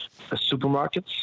supermarkets